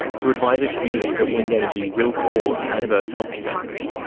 to advise a community that wind energy will cause adverse health effects,